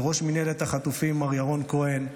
לראש מינהלת החטופים מר ירון כהן,